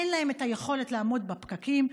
אין להם את היכולת לעמוד בפקקים,